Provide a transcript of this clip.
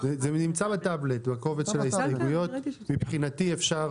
אני מקריא עכשיו את ההסתייגויות שהגשתי.